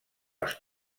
els